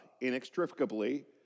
inextricably